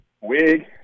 wig